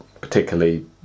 particularly